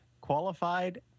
qualified